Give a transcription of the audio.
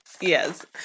Yes